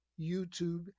YouTube